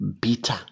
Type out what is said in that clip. bitter